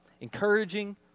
encouraging